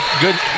Good